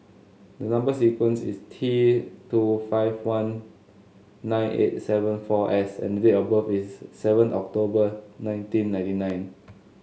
the number sequence is T two five one nine eight seven four S and date of birth is seven October nineteen ninety nine